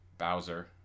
bowser